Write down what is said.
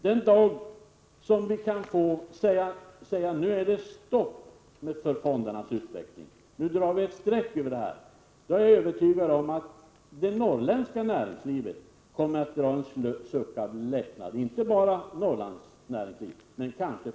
Den dag vi kan säga att det är stopp för fondernas utveckling och kan dra ett streck över dem, är jag övertygad om att man inom det norrländska näringslivet — inte bara där, men framför allt där — kommer att dra en lättnadens suck.